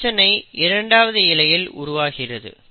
பிரச்சனை இரண்டாவது இழையில் வருகிறது